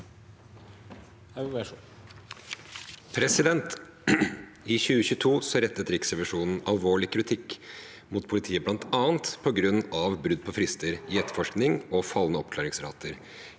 I 2022 rettet Riksrevisjonen alvorlig kritikk mot politiet, bl.a. på grunn av brudd på frister i etterforskning og fallende oppklaringsrater